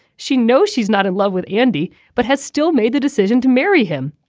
she knows she's not in love with andy but has still made the decision to marry him.